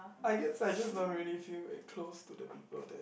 I guess I just don't really feel very close to the people the